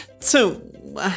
Two